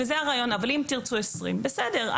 אם תרצו 20, בסדר.